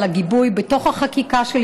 על הגיבוי לחקיקה שלי